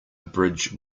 bridge